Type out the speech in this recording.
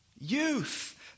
Youth